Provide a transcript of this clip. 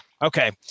Okay